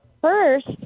First